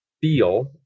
feel